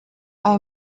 aya